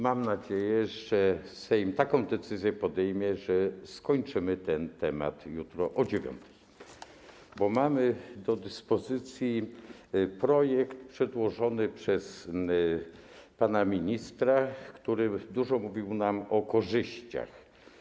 Mam nadzieję, że Sejm taką decyzję podejmie, że skończymy ten temat jutro o godz. 9, bo mamy do dyspozycji projekt przedłożony przez pana ministra, który dużo mówił nam o korzyściach.